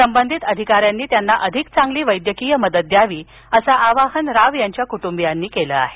संबंधित अधिका यांनी त्यांना अधिक चांगली वैद्यकीय मदत द्यावी असं आवाहन राव यांच्या क्ट्बीयांनी केलं आहे